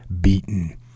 beaten